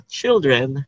children